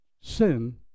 sin